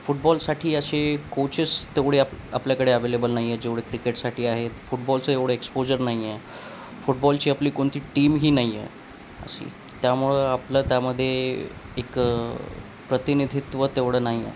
फुटबॉलसाठी असे कोचेस तेवढे आप आपल्याकडे अवेलेबल नाही आहेत जेवढे क्रिकेटसाठी आहेत फुटबॉलचं एवढं एक्सपोजर नाही आहे फुटबॉलची आपली कोणती टीमही नाही आहे अशी त्यामुळं आपलं त्यामध्ये एक प्रतिनिधित्व तेवढं नाही आहे